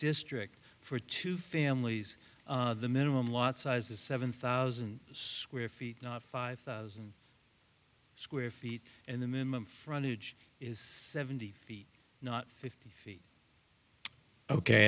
district for two families the minimum lot size is seven thousand square feet five thousand square feet and the minimum frontage is seventy feet not fifty feet